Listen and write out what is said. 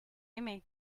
aimé